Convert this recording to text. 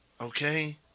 Okay